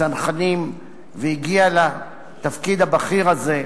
צנחנים, והגיע לתפקיד הבכיר הזה,